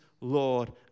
Lord